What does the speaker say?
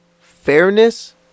fairness